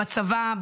בצבא,